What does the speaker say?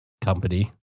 company